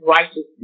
righteousness